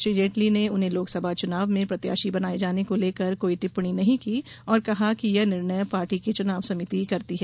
श्री जेटली ने उन्हें लोकसभा चुनाव में प्रत्याशी बनाये जाने को लेकर कोई टिप्पणी नहीं की और कहा कि यह निर्णय पार्टी की चुनाव समिति करती है